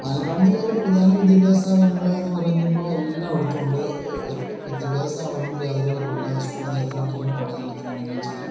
പാലക്കാട് ജില്ലയിലെ പ്രധാന വിദ്യാഭ്യാസ സ്ഥാപനങ്ങളൾ എന്ന് പറയുമ്പോൾ എല്ലായിടത്തുമുണ്ട് വിദ്യാഭ്യാസ സ്ഥാപനങ്ങൾക്ക് യാതൊരു കുറവുമില്ല അതു സ്കൂള് തലത്തിലാണെങ്കിലും കോളേജ് തലത്തിലാണെങ്കിലും ശരി